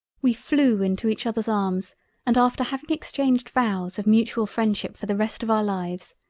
we flew into each others arms and after having exchanged vows of mutual freindship for the rest of our lives,